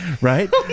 Right